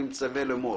אני מצווה לאמור: